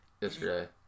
yesterday